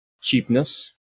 cheapness